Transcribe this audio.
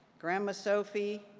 grandma sophie,